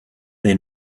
they